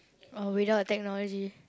uh without technology